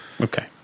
okay